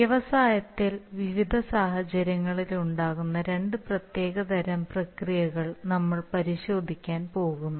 വ്യവസായത്തിൽ വിവിധ സാഹചര്യങ്ങളിൽ ഉണ്ടാകുന്ന രണ്ട് പ്രത്യേക തരം പ്രക്രിയകൾ നമ്മൾ പരിശോധിക്കാൻ പോകുന്നു